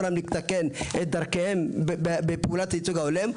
להם לתקן את דרכיהם בפעולת הייצוג ההולם,